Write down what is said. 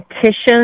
petitions